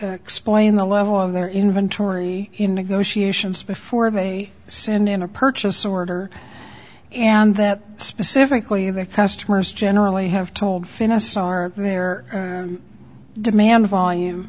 explain the level of their inventory in negotiations before they send in a purchase order and that specifically their customers generally have told finesse are their demand volume